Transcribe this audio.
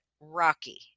rocky